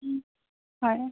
হয়